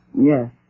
Yes